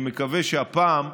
הפעם,